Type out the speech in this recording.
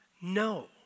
No